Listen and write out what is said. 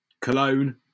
Cologne